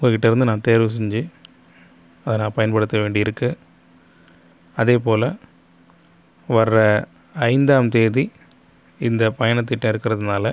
உங்கள்கிட்டருந்து நான் தேர்வு செஞ்சு அதை நான் பயன்படுத்த வேண்டியிருக்குது அதே போல வர ஐந்தாம் தேதி இந்த பயணத்திட்டம் இருக்கிறதுனால